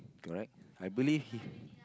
correct I believe he